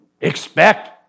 Expect